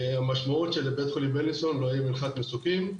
המשמעות שלבית חולים בילינסון לא יהיה מנחת מסוקים,